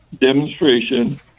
demonstration